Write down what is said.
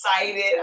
excited